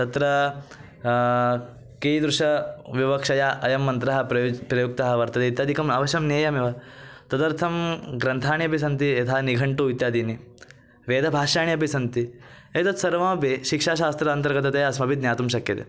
तत्र कीदृशविवक्षया अयं मन्त्रः प्रयुज्यः प्रयुक्तः वर्तते इत्यादिकम् अवश्यं ज्ञेयमेव तदर्थं ग्रन्थाः अपि सन्ति यथा निघण्टु इत्यादीनि वेदभाष्याणि अपि सन्ति एतत् सर्वमपि शिक्षाशास्त्रे अन्तर्गतया अस्माभिः ज्ञातुं शक्यते